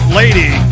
lady